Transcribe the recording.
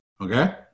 Okay